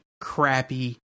crappy